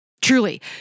Truly